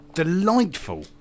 delightful